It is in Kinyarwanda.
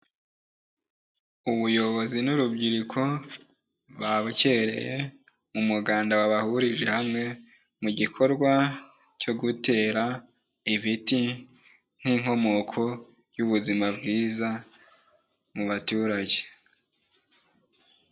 Ubuyobozi n'urubyiruko babukereye mu muganda wabahurije hamwe, mu gikorwa cyo gutera ibiti nk'inkomoko y'ubuzima bwiza mu baturage.